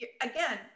again